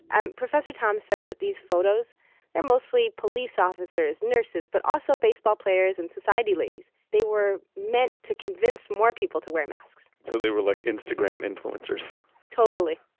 and professor tome said that these photos are mostly police officers, nurses, but also baseball players and society ladies. they were meant to convince more people to wear masks so they were like instagram influencers totally.